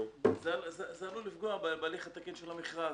זה עלול לפגוע בהליך התקין של המכרז.